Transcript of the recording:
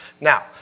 Now